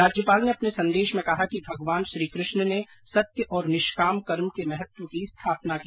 राज्यपाल र्न अपने संदेश में कहा कि भगवान श्री कृष्ण ने सत्य और निष्काम कर्म के महत्व की स्थापना की